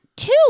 two